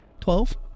Twelve